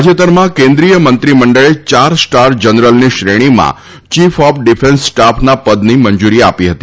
તાજેતરમાં કેન્દ્રિય મંત્રીમંડળે ચાર સ્ટાર જનરલની શ્રેણીમાં ચીફ ઓફ ડિફેન્સ સ્ટાફના પદની મંજુરી આપી હતી